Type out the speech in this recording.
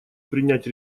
принять